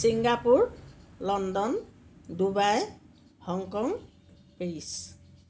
Singapore London Dubai Hong Kong Paris